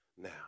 Now